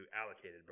allocated